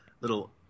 little